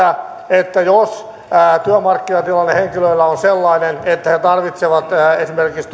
että jos työmarkkinatilanne henkilöillä on sellainen että he tarvitsevat esimerkiksi